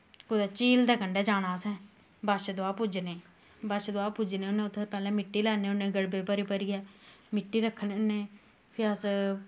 कुदै झील दे कंडै जाना असैं बशदुआ पूजने बशदुआ पूजने होन्ने उत्थैं पैह्लैं मिट्टी लैन्ने होन्ने गड़बे भरी भरियै मिट्टी रक्खने होन्ने फ्ही अस